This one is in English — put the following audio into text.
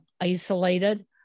isolated